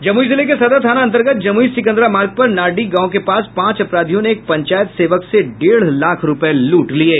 जमुई जिले के सदर थाना अंतर्गत जमुई सिकंदरा मार्ग पर नारडीह गांव के पास पांच अपराधियों ने एक पंचायत सेवक से डेढ़ लाख रूपये लूट लिये